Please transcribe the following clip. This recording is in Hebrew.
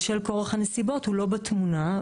בשל כורח הנסיבות הוא לא בתמונה.